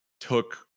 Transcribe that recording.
took